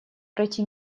пройти